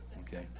Okay